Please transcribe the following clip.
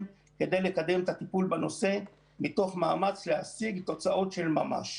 כדי לקדם את הטיפול בנושא מתוך מאמץ להשיג תוצאות של ממש.